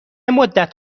مدت